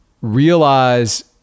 realize